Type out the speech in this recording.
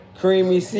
creamy